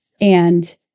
And-